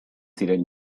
ziren